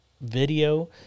video